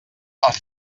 els